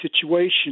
situation